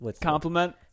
Compliment